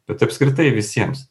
bet apskritai visiems